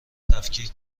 تفکیک